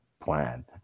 plan